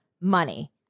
money